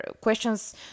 questions